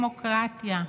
בדמוקרטיה,